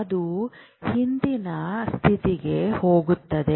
ಅದು ಹಿಂದಿನ ಸ್ಥಿತಿಗೆ ಹೋಗುತ್ತದೆ